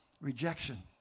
Rejection